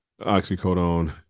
oxycodone